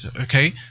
okay